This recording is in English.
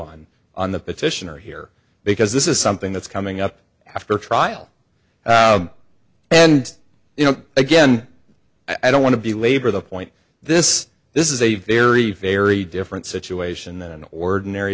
on on the petitioner here because this is something that's coming up after trial and you know again i don't want to be labor the point this this is a very very different situation than an ordinary